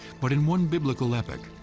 but in one biblical epic,